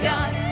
God